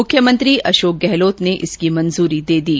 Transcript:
मुख्यमंत्री अशोक गहलोत ने इसकी मंजूरी दे दी है